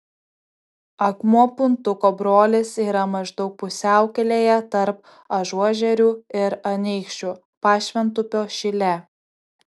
akmuo puntuko brolis yra maždaug pusiaukelėje tarp ažuožerių ir anykščių pašventupio šile